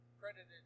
credited